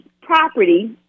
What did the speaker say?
property